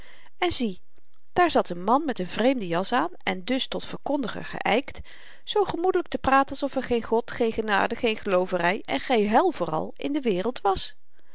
en zie daar zat n man met n vreemde jas aan en dus tot verkondiger geykt zoo gemoedelyk te praten alsof er geen god geen genade geen geloovery en geen hel vooral in de wereld was